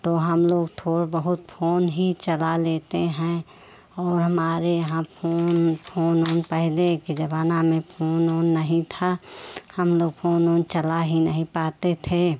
तो हम लोग थोड़ा बहुत फोन ही चला लेते हैं और हमारे यहाँ फोन फोन ऊन पहले के ज़माना में फोन ऊन नहीं था हम लोग फोन ऊन चला ही नहीं पाते थे